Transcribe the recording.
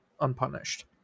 unpunished